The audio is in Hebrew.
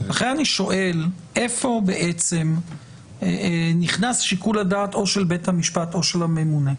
אני שואל איפה בעצם נכנס שיקול הדעת של בית המשפט או של הממונה.